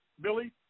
Billy